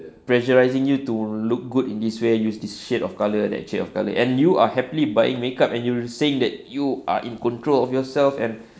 pressurising you to look good in this way use this shade of colour that shade of colour and you are happily buying makeup and you're saying that you are in control of yourself and